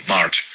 March